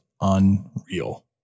unreal